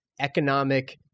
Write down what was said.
economic